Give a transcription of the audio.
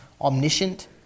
omniscient